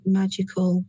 magical